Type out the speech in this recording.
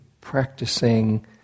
practicing